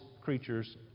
creatures